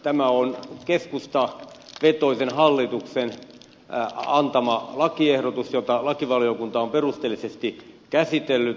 tämä on keskustavetoisen hallituksen antama lakiehdotus jota lakivaliokunta on perusteellisesti käsitellyt